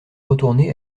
retourné